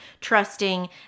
trusting